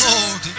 Lord